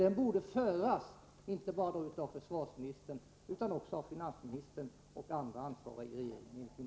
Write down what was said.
Den borde föras inte bara av försvarsministern utan också av finansministern och av andra ansvariga i regeringen.